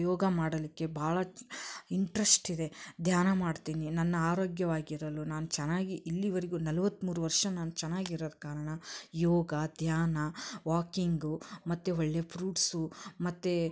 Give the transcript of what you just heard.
ಯೋಗ ಮಾಡಲಿಕ್ಕೆ ಭಾಳ ಇಂಟ್ರಸ್ಟ್ ಇದೆ ಧ್ಯಾನ ಮಾಡ್ತೀನಿ ನನ್ನ ಆರೋಗ್ಯವಾಗಿರಲು ನಾನು ಚೆನ್ನಾಗಿ ಇಲ್ಲಿವರೆಗು ನಲ್ವತ್ಮೂರು ವರ್ಷ ನಾನು ಚೆನ್ನಾಗಿರಕ್ಕೆ ಕಾರಣ ಯೋಗ ಧ್ಯಾನ ವಾಕಿಂಗು ಮತ್ತು ಒಳ್ಳೆಯ ಫ್ರೂಟ್ಸು ಮತ್ತು